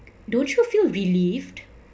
don't you feel relieved